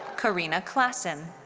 carina claassen.